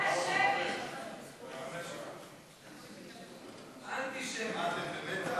ההצעה להעביר את הצעת חוק לימוד חובה (תיקון מס' 34),